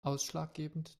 ausschlaggebend